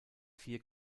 vier